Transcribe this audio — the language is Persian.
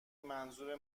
منظور